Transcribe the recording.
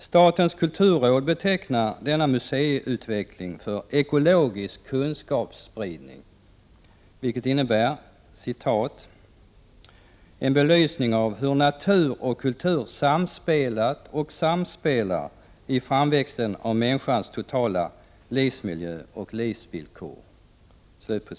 Statens kulturråd betecknar denna museiutveckling som ekologisk kunskapsspridning, vilket innebär en belysning av hur natur och kultur samspelat och samspelar i framväxten av människans totala livsmiljö och livsvillkor.